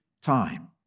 time